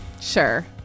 Sure